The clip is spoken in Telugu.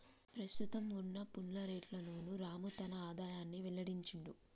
ప్రస్తుతం వున్న పన్ను రేట్లలోనే రాము తన ఆదాయాన్ని వెల్లడించిండు